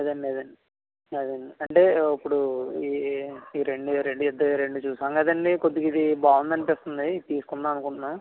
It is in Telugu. అదే అండి అదే అండి అదే అండి అంటే ఇప్పుడు ఇవి ఈ రెండు రెండు రెండు చూసాం కదండీ కొద్దిగా ఇది బాగుంది అనిపిస్తుంది ఇది తీసుకుందాం అనుకుంటున్నాం